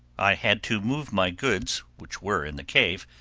i had to move my goods which were in the cave,